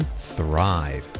thrive